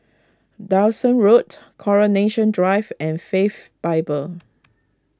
Dyson Road Coronation Drive and Faith Bible